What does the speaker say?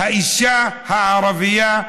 האישה הערבייה,